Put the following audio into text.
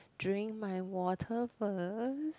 drink my water first